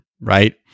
right